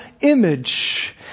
image